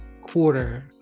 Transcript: quarter